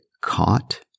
caught